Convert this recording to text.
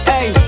Hey